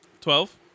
Twelve